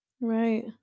Right